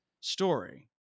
story